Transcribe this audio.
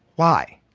why?